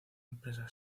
empresa